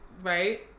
right